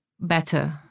better